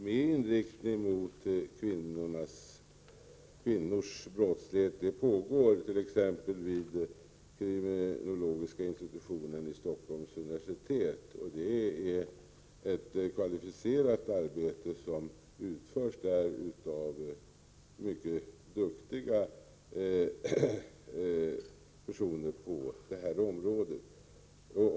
Herr talman! Olika forskningsprojekt med inriktning mot kvinnors brottslighet pågår, t.ex. vid kriminologiska institutionen vid Stockholms universitet. Det är ett kvalificerat arbete som utförs där av personer som är mycket duktiga på området.